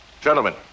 Gentlemen